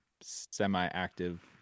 semi-active